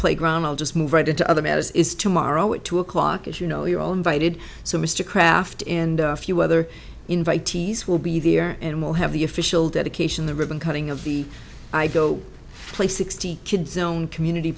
playground i'll just move right into other matters is tomorrow at two o'clock ish you know you're all invited so mr craft and a few other invitees will be there and we'll have the official dedication the ribbon cutting of the i go play sixty kids zone community